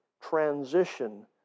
transition